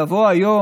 לבוא היום,